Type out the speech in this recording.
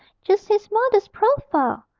just his mother's profile!